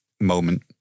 moment